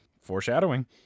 foreshadowing